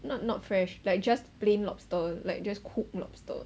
not not fresh like just plain lobster like just cook lobster